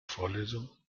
vorlesung